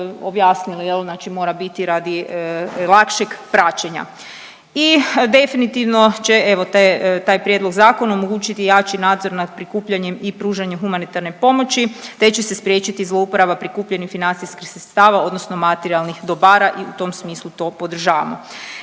Znači mora biti radi lakšeg praćenja. I definitivno će evo taj prijedlog zakona omogućiti jači nadzor nad prikupljanjem i pružanjem humanitarne pomoći te će se spriječiti zlouporaba prikupljenih financijskih sredstava odnosno materijalnih dobara i u tom smislu to podržavamo.